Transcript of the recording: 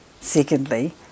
Secondly